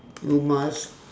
you must